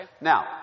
Now